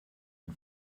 and